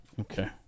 Okay